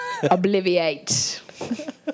Obliviate